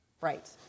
Right